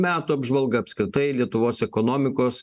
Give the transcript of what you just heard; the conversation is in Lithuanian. metų apžvalga apskritai lietuvos ekonomikos